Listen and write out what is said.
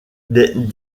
des